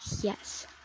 yes